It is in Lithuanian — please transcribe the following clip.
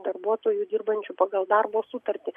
darbuotojų dirbančių pagal darbo sutartį